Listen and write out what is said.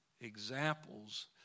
examples